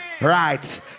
Right